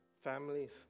families